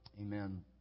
Amen